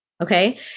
Okay